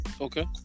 okay